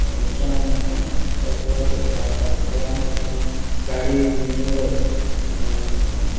हांगाच्यान परत परत धांवपाक गोंयांत सावन गाडी हांगा दवरप